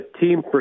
team